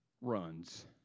runs